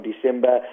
December